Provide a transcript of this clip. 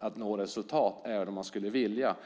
att nå resultat även om man skulle vilja.